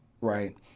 right